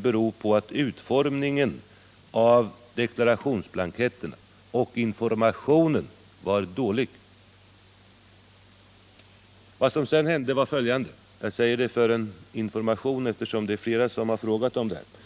ansetts bero på att utformningen av deklarationsblanketterna och informationen var dålig. Vad som sedan hände var följande — jag säger detta som en information, eftersom flera har frågat om detta.